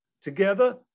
together